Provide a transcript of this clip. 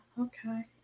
okay